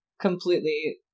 completely